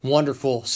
Wonderful